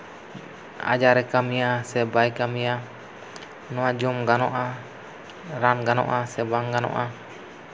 ᱟᱡᱟᱨᱮ ᱠᱟᱹᱢᱤᱭᱟ ᱥᱮ ᱵᱟᱭ ᱠᱟᱹᱢᱤᱭᱟ ᱱᱚᱣᱟ ᱜᱟᱱᱚᱜᱼᱟ ᱨᱟᱱ ᱜᱟᱱᱚᱜᱼᱟ ᱥᱮ ᱵᱟᱝ ᱜᱟᱱᱚᱜᱼᱟ